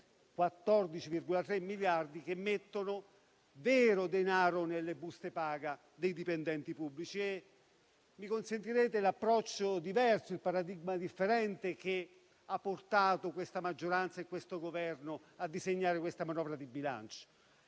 (14,3 miliardi in tutto), che immette vero denaro nelle buste paga dei dipendenti pubblici. Mi consentirete di sottolineare l'approccio diverso e il paradigma differente che ha portato la maggioranza e questo Governo a disegnare questa manovra di bilancio,